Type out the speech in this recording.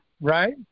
right